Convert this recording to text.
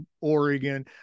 Oregon